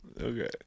Okay